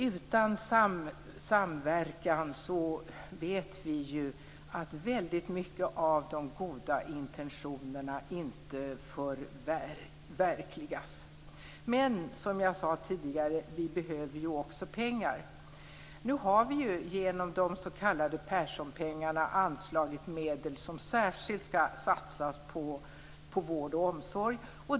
Vi vet ju att utan samverkan är det väldigt mycket av de goda intentionerna som inte förverkligas. Men, som jag tidigare sade, vi behöver också pengar. Nu har vi genom de s.k. Perssonpengarna anslagit medel som särskilt skall satsas på vård och omsorg.